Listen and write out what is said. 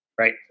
Right